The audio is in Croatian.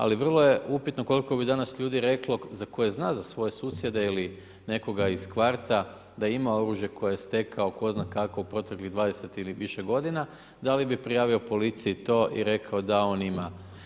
Ali vrlo je upitno, koliko bi danas reklo, za koje zna za svoje susjede ili nekoga iz kvarta, da ima oružje koje je stekao, tko zna kako, u proteklih 20 ili više g. da li bi prijavio policiji to i rekao da on ima.